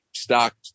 Stock